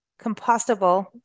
compostable